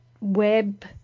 web